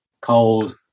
cold